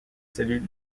cellules